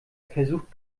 versucht